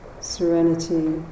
serenity